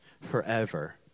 forever